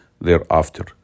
thereafter